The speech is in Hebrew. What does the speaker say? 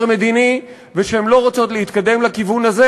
מדיני ושהן לא רוצות להתקדם לכיוון הזה,